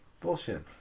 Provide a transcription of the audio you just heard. Bullshit